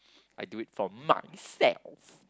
I do it for myself